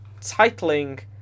titling